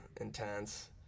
intense